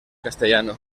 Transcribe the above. castellano